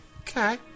Okay